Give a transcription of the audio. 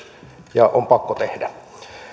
ja on pakko tehdä